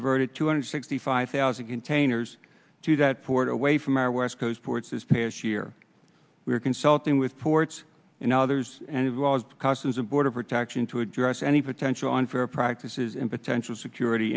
diverted two hundred sixty five thousand containers to that port away from our west coast ports this past year we are consulting with ports and others and involved customs and border protection to address any potential unfair practices in potential security